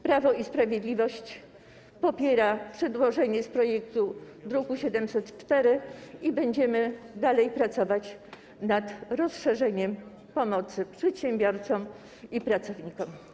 Prawo i Sprawiedliwość popiera przedłożenie projektu z druku nr 704 i będziemy dalej pracować nad rozszerzeniem pomocy dla przedsiębiorców i pracowników.